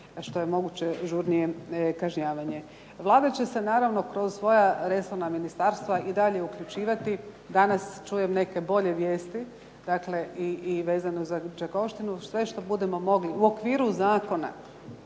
što je moguće žurnije kažnjavanje. Vlada će se naravno kroz svoja resorna ministarstva i dalje uključivati. Danas čujem neke bolje vijesti dakle i vezano za Đakovštinu. Sve što budemo mogli u okviru zakona,